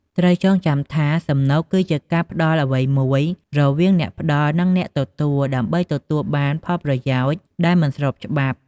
ត្រូវចងចាំថា សំណូកគឺជាការផ្ដល់អ្វីមួយរវាងអ្នកផ្ដល់ និងអ្នកទទួល ដើម្បីទទួលបានផលប្រយោជន៍ដែលមិនស្របច្បាប់។